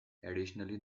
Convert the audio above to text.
additionally